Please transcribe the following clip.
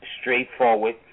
straightforward